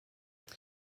elle